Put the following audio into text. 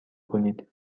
کنید